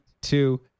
two